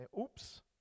oops